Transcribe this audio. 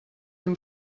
dem